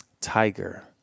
Tiger